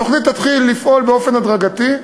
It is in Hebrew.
התוכנית תתחיל לפעול באופן הדרגתי,